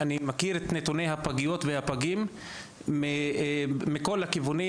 אני מכיר את נתוני הפגיות והפגים מכל הכיוונים.